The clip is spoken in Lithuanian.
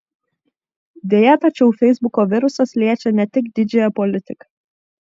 deja tačiau feisbuko virusas liečia ne tik didžiąją politiką